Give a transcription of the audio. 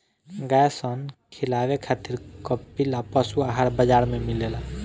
गाय सन खिलावे खातिर कपिला पशुआहार बाजार में मिलेला